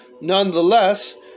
nonetheless